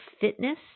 fitness